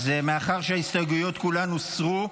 אז מאחר שההסתייגויות כולן הוסרו,